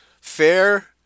fair